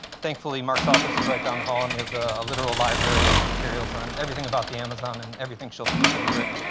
thankfully, mark's office is right down the hall, and he has a literal library of materials on everything about the amazon and everything schultes has ever written.